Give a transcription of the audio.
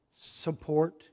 support